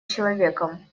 человеком